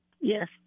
Yes